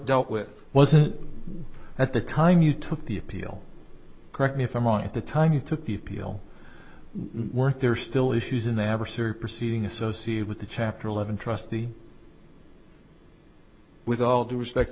dealt with wasn't at the time you took the appeal correct me if i'm wrong at the time you took the appeal were there still issues in the adversary proceeding associate with the chapter eleven trustee with all due respect